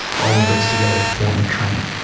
all of those together form a train.